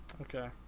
okay